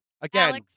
again